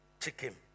chicken